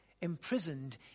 imprisoned